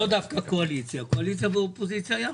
קואליציה ואופוזיציה יחד.